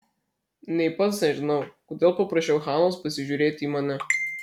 nė pats nežinau kodėl paprašiau hanos pasižiūrėti į mane